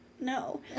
No